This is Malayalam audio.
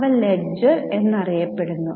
അവ ലെഡ്ജർ എന്നറിയപ്പെടുന്നു